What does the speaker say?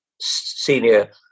senior